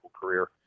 career